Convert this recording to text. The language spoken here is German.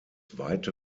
weite